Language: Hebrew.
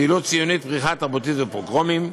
פעילות ציונית, פריחה תרבותית ופוגרומים.